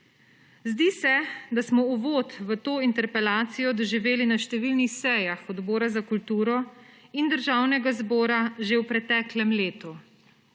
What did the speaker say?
Zdi se, da smo uvod v to interpelacijo doživeli na številnih sejah Odbora za kulturo in Državnega zbora že v preteklem letu.